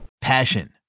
Passion